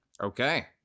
Okay